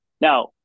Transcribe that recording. Now